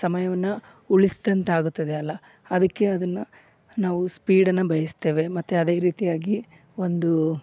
ಸಮಯವನ್ನ ಉಳಿಸ್ದಂತೆ ಆಗುತ್ತದೆಯಲ್ಲ ಅದಕ್ಕೆ ಅದನ್ನ ನಾವು ಸ್ಪೀಡನ್ನ ಬಯಸ್ತೇವೆ ಮತ್ತು ಅದೇ ರೀತಿಯಾಗಿ ಒಂದು